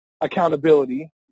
accountability